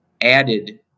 added